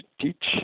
teach